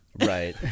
Right